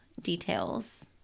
details